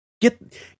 get